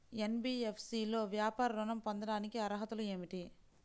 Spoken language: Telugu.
ఎన్.బీ.ఎఫ్.సి లో వ్యాపార ఋణం పొందటానికి అర్హతలు ఏమిటీ?